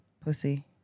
pussy